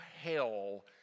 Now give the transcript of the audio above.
hell